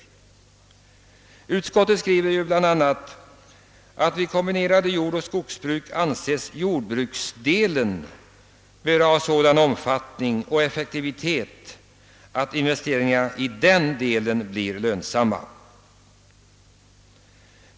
Utskottet skriver ju bl.a. att vid kombinerade jordoch skogsbruk anses jordbruksdelen böra ha sådan omfattning och effektivitet att investeringarna i den delen blir lönsamma.